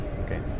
Okay